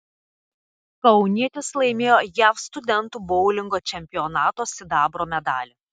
kaunietis laimėjo jav studentų boulingo čempionato sidabro medalį